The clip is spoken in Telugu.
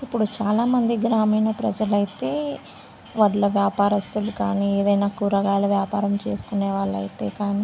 ఇప్పుడు చాలామంది గ్రామీణ ప్రజలు అయితే వడ్ల వ్యాపారస్తులు కానీ ఏదైనా కూరగాయల వ్యాపారం చేసుకునే వాళ్ళు అయితే కానీ